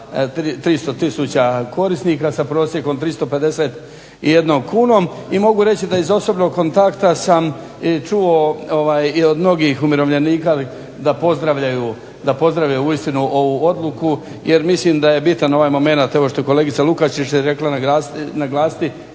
300 tisuća korisnika sa prosjekom 351 kunom i mogu reći da iz osobnog kontakta sam čuo i od mnogih umirovljenika da pozdravljaju uistinu ovu odluku, jer mislim da je bitan ovaj momenat evo što je kolegica Lukačić rekla naglasiti